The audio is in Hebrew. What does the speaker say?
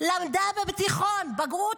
למדה בתיכון לבגרות,